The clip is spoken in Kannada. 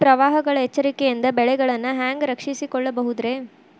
ಪ್ರವಾಹಗಳ ಎಚ್ಚರಿಕೆಯಿಂದ ಬೆಳೆಗಳನ್ನ ಹ್ಯಾಂಗ ರಕ್ಷಿಸಿಕೊಳ್ಳಬಹುದುರೇ?